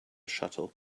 shuttle